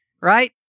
right